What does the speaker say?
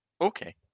Okay